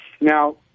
Now